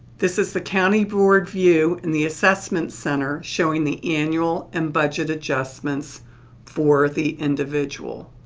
this is the county board view in the assessment center showing the annual and budget adjustments for the individual.